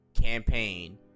campaign